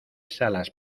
salas